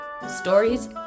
stories